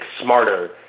smarter